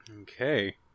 Okay